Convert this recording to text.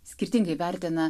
skirtingai vertina